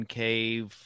cave